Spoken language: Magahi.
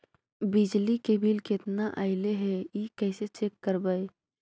बिजली के बिल केतना ऐले हे इ कैसे चेक करबइ?